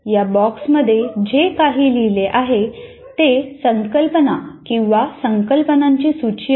त्या बॉक्समध्ये जे काही लिहिले आहे ते संकल्पना किंवा संकल्पनांची सूची आहे